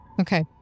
Okay